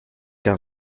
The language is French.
car